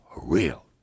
real